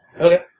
Okay